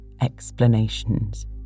explanations